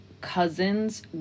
cousin's